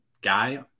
guy